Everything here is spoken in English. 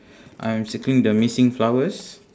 I'm circling the meeting flowers